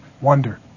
wonder